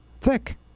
thick